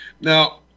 Now